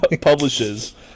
publishes